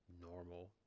normal